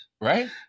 Right